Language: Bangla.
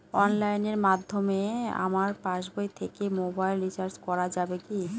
অনলাইনের মাধ্যমে আমার পাসবই থেকে মোবাইল রিচার্জ করা যাবে কি?